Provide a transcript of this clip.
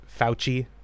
Fauci